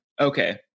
Okay